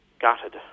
gutted